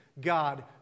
God